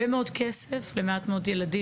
זה הרבה מאוד כסף למעט מאוד ילדים.